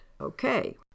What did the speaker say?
Okay